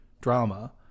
drama